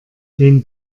den